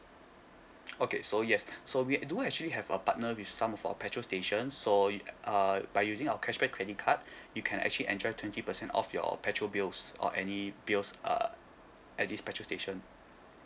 okay so yes so we do actually have a partner with some of our petrol station so uh by using our cashback credit card you can actually enjoy twenty percent off your petrol bills or any bills uh at this petrol station